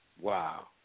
Wow